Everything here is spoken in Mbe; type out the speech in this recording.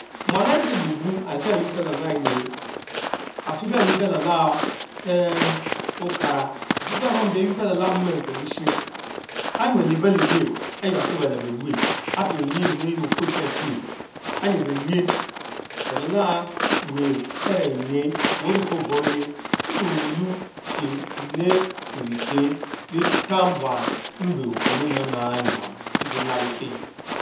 Muan arikie bubu ariekeh ehh aynor kelalah eneh, afikeh ayuor kelalah ehh akara, afieke aruompie aynor kelalah mom emkpodesheh ahh nyelebel eluen ayuabkie beleb abuch, apie myien unpen eywork enhe Okpe ke apre, alich bee lich Kelalah wels are even wey. one ke oborieyeh, etuomu bewh chie ene le beten beluta betang buan mbe opomu enyamnyam nyam kie nab ekieyie.